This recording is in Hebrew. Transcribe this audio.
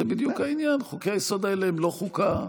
זה בדיוק העניין, חוקי-היסוד האלה הם לא חוקה.